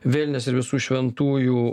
vėlines ir visų šventųjų